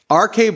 RK